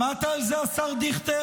שמעת על זה, השר דיכטר?